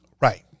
Right